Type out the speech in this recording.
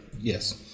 Yes